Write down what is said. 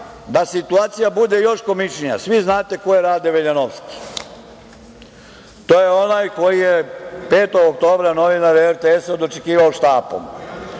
da situacija bude još komičnija, svi znate ko je Rade Veljanovski? To je onaj koji je 5. oktobra novinare RTS-a dočekivao štapom.